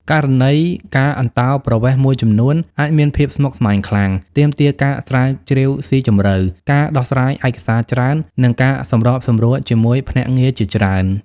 ករណីការអន្តោប្រវេសន៍មួយចំនួនអាចមានភាពស្មុគស្មាញខ្លាំង ទាមទារការស្រាវជ្រាវស៊ីជម្រៅ ការដោះស្រាយឯកសារច្រើន និងការសម្របសម្រួលជាមួយភ្នាក់ងារជាច្រើន។